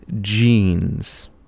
jeans